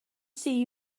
see